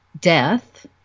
death